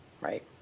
right